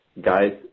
guys